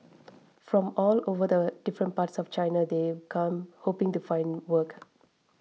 from all over the different parts of China they'd come hoping to find work